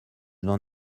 n’en